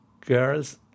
girls